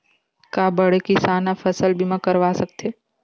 का बड़े किसान ह फसल बीमा करवा सकथे?